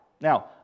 Now